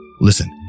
listen